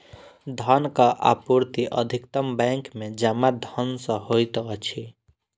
धनक आपूर्ति अधिकतम बैंक में जमा धन सॅ होइत अछि